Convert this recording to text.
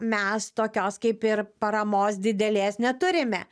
mes tokios kaip ir paramos didelės neturime